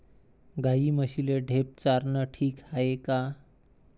गाई म्हशीले ढेप चारनं ठीक हाये का?